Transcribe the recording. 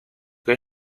que